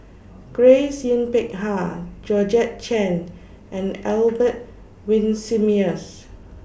Grace Yin Peck Ha Georgette Chen and Albert Winsemius